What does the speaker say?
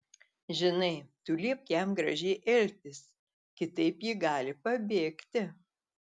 žinai tu liepk jam gražiai elgtis kitaip ji gali pabėgti